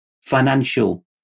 financial